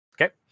Okay